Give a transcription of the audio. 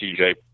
TJ